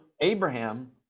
Abraham